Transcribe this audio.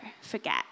forget